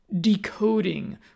decoding